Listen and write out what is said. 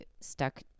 stuck